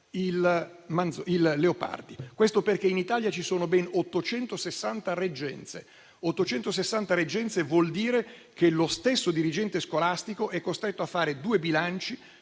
preside. Questo perché in Italia ci sono ben 860 reggenze, il che significa che lo stesso dirigente scolastico è costretto a fare due bilanci,